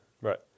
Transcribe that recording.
Right